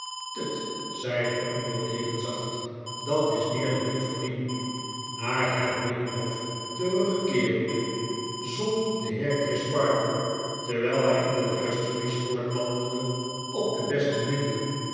tut zei de onder deken zacht datis meer dan ik verdien naar het binnenhof terugkeeerende zon de heer crisparkle terwijl hij in de duisternis voortwandelde op de beste middelen